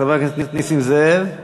חבר הכנסת נסים זאב.